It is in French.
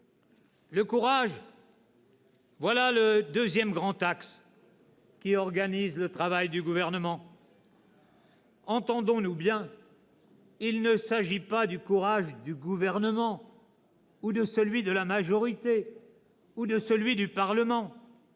Le courage, voilà le deuxième grand axe qui organise le travail du Gouvernement. « Entendons-nous bien. Il ne s'agit pas du courage du Gouvernement, ou de celui de la majorité, ou de celui du Parlement.